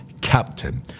captain